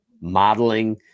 modeling